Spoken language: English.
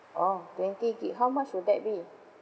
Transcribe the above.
oh twenty gig how much would that be